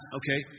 okay